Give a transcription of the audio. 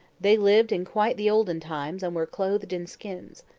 they lived in quite the olden times, and were clothed in skins.